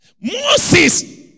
Moses